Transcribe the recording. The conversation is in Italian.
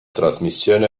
trasmissione